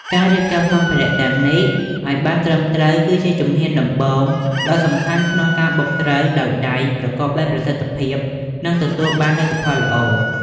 ការរៀបចំសម្ភារៈទាំងនេះឱ្យបានត្រឹមត្រូវ គឺជាជំហានដំបូងដ៏សំខាន់ក្នុងការបុកស្រូវដោយដៃប្រកបដោយប្រសិទ្ធភាព និងទទួលបានលទ្ធផលល្អ។